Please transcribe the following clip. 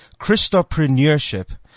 Christopreneurship